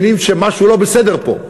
והם מבינים שמשהו לא בסדר פה,